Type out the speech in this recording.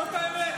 זה הכול.